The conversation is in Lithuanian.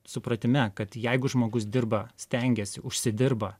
supratime kad jeigu žmogus dirba stengiasi užsidirba